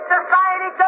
Society